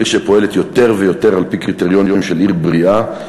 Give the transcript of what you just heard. היא עיר שפועלת יותר ויותר על-פי קריטריונים של עיר בריאה,